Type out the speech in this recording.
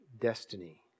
destiny